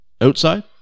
Outside